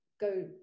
go